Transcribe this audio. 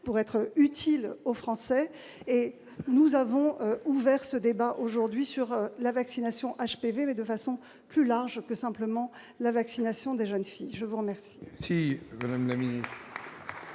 pour être utile aux Français, et nous avons ouvert ce débat aujourd'hui sur la vaccination HPV, mais de façon plus large que simplement la vaccination des jeunes filles, je vous remercie.